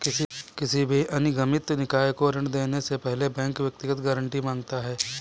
किसी भी अनिगमित निकाय को ऋण देने से पहले बैंक व्यक्तिगत गारंटी माँगता है